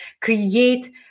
create